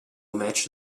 match